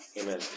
Amen